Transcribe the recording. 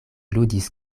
ludis